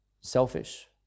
selfish